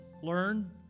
learn